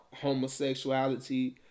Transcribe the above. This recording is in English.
homosexuality